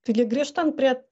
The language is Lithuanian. taigi grįžtant prie